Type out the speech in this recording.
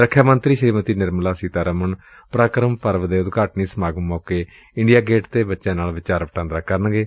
ਰਖਿਆ ਮੰਤਰੀ ਸ੍ਰੀਮਤੀ ਨਿਰਮਲਾ ਸੀਤਾ ਰਮਨ ਪਰਾਕ੍ਮ ਪਰਵ ਦੇ ਉਦਘਾਟਨੀ ਸਮਾਗਮ ਮੌਕੇ ਇੰਡੀਆ ਗੇਟ ਤੇ ਬਚਿਆਂ ਨਾਲ ਵਿਚਾਰ ਵਟਾਂਦਰਾ ਕਰਨਗੇ